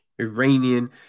Iranian